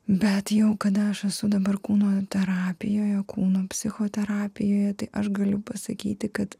bet jau kad aš esu dabar kūno terapijoj o kūno psichoterapijoje tai aš galiu pasakyti kad